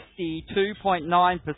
52.9%